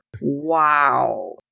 wow